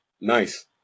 nice